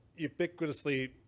ubiquitously